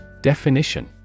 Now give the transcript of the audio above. Definition